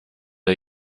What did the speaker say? der